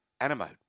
Animo